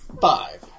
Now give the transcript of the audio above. Five